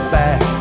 back